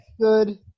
Good